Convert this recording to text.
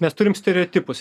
mes turim stereotipus